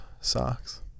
socks